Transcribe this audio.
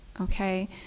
okay